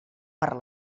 per